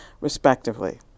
respectively